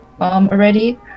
already